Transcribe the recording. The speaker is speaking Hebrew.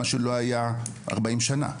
מה שלא היה 40 שנה.